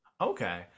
Okay